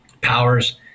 powers